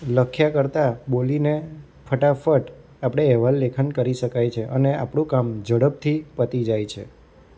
લખ્યા કરતાં બોલીને ફટાફટ આપણે અહેવાલ લેખન કરી શકાય છે અને આપણું કામ ઝડપથી પતી જાય છે